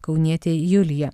kaunietė julija